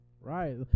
Right